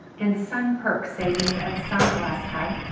and sun perks savings at sunglass hut,